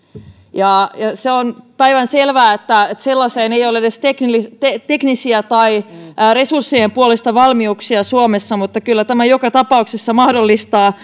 se on päivänselvää että sellaiseen ei ei ole edes teknisiä teknisiä tai resurssien puolesta valmiuksia suomessa mutta kyllä tämä joka tapauksessa mahdollistaa